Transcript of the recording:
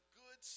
good